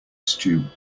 stew